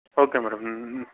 okay madam